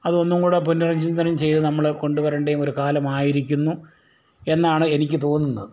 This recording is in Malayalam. അത് ഒന്നുംകൂടി പുനർചിന്തനം ചെയ്ത് നമ്മൾ കൊണ്ടുവരേണ്ടതും ഒരു കാലമായിരിക്കുന്നു എന്നാണ് എനിക്ക് തോന്നുന്നത്